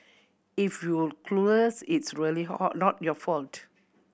if you're clueless it's really not your fault